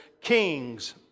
kings